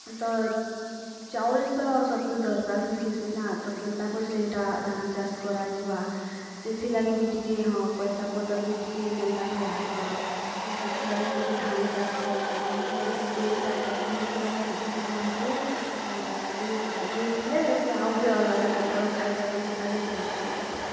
ତ ଚାଉଳ୍ ତ ସବ୍କ ଦରକାର କେନ୍ତା କରି ସେଇଟା ଧାନ୍ ଚାଷ୍ କରାଯିବା ସେଥିଲାଗି ବି ଟିକେ ହଁ ପଇସା ପତର ବି ଟିକେ କେନ୍ତା କରିଆସବା ତ ସେଥିଲାଗି ଟିକେ ଧାନ୍ ଚାଷ୍ କରସନ୍ ହେତିଲାଗି ଚୋଳ୍ ଟା ହେସି ହେତିଲାଗି ଦୁକାନ୍ ମାନଙ୍କୁ ହେଣ୍ଟା ଦେଇଥିଲେ ସେ ଆଉ ବି ଅଲଗା ଲୋକ୍ କେନ୍ତା କରି ଖାଇପାରିବେ ସେଇଟା ବି ବୁଝିସନ୍